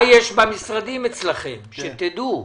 מה יש במשרדים אצלכם, שתדעו.